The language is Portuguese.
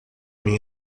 minha